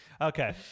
Okay